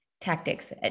tactics